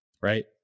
right